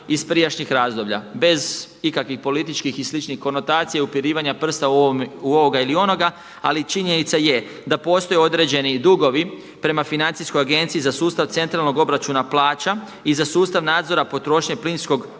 iz prijašnjih razdoblja bez ikakvih političkih i sličnih konotacija i upirivanja prsta u ovoga ili onoga. Ali činjenica je da postoje određeni dugovi prema Financijskoj agenciji za sustav centralnog obračuna plaća i za sustav nadzora potrošnje plinskog